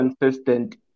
consistent